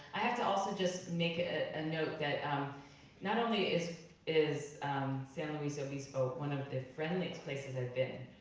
i have to also just make a and note that um not only is is san luis obispo one of the friendliest places i've been,